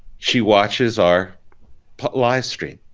she watches our but livestream.